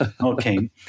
Okay